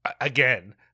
again